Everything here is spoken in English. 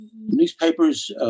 newspapers